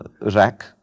rack